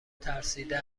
ترسیده